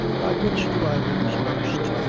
by which do i lose most?